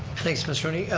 thanks ms. rooney.